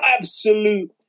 absolute